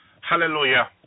Hallelujah